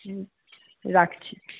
হুম রাখছি